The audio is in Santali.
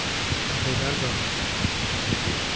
ᱵᱷᱮᱜᱟᱨ ᱫᱚ